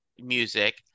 music